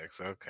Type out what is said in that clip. Okay